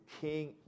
king